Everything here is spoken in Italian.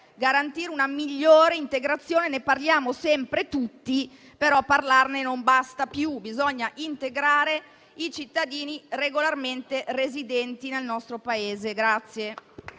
garantire una migliore integrazione. Ne parliamo sempre tutti, però parlarne non basta più. Bisogna integrare i cittadini regolarmente residenti nel nostro Paese.